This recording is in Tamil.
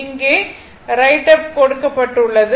இங்கே ரைட் அப் கொடுக்கப்பட்டுள்ளது